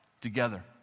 together